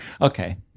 Okay